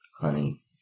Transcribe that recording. honey